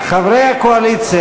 חברי הקואליציה,